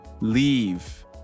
leave